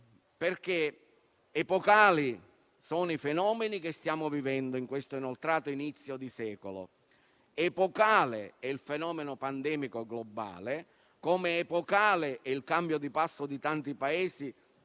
perché epocali sono i fenomeni che stiamo vivendo in questo inoltrato inizio di secolo, epocale è il fenomeno pandemico globale, come è epocale il cambio di passo di tanti Paesi